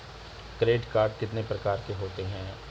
Credit card कितने प्रकार के होते हैं?